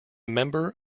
member